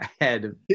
ahead